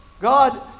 God